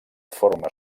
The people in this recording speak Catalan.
forma